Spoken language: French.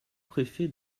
préfet